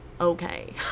okay